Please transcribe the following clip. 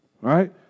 right